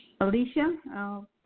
Alicia